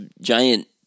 giant